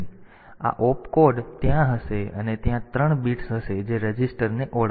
તેથી આ op code ત્યાં હશે અને ત્યાં ત્રણ બિટ્સ હશે જે રજિસ્ટરને ઓળખશે